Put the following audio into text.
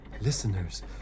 Listeners